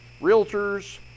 Realtors